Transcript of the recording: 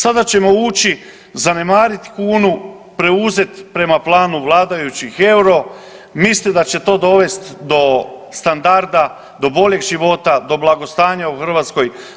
Sada ćemo ući zanemarit kunu, preuzet prema planu vladajućih euro, misli da će to dovesti do standarda, do boljeg života, do blagostanja u Hrvatskoj.